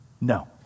no